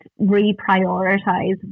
reprioritize